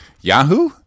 Yahoo